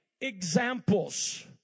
examples